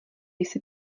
jsi